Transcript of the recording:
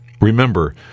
remember